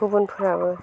गुबुनफोराबो